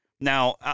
now